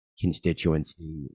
constituency